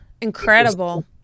incredible